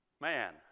man